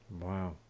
Wow